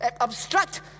obstruct